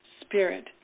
spirit